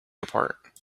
apart